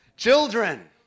children